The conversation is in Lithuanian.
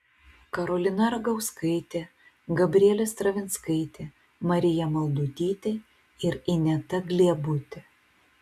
karolina ragauskaitė gabrielė stravinskaitė marija maldutytė ir ineta gliebutė